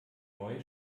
neue